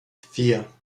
vier